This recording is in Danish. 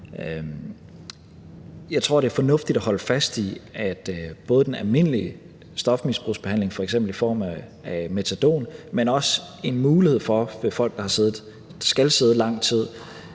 Jeg tror, det er fornuftigt at holde fast i både den almindelige stofmisbrugsbehandling, f.eks. i form af metadon, men også i en mulighed for, at der for folk, der skal sidde lang tid,